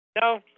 No